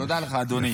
תודה לך, אדוני.